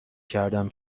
کردم